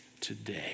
Today